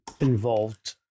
involved